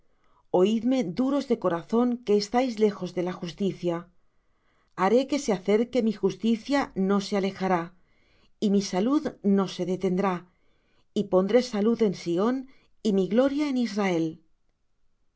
oidme duros de corazón que estáis lejos de la justicia haré que se acerque mi justicia no se alejará y mi salud no se detendrá y pondré salud en sión y mi gloria en israel